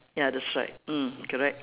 ya that's right mm correct